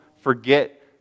forget